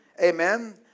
Amen